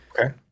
okay